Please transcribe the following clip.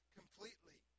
completely